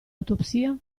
autopsia